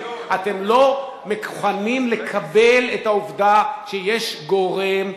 אתם לא מוכנים לקבל את העובדה שיש גורם,